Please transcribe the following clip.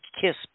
Kiss